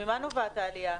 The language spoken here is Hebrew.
ממה נובעת העלייה?